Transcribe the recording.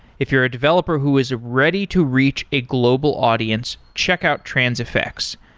if you're a developer who is ready to reach a global audience, check out transifex.